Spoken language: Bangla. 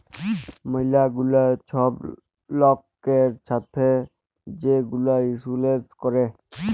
ম্যালা গুলা ছব লয়কের ছাথে যে গুলা ইলসুরেল্স ক্যরে